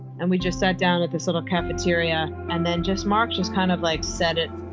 and we just sat down at this little cafeteria. and then just mark just kind of like said it.